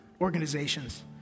organizations